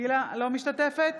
אינה משתתפת